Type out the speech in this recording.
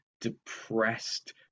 depressed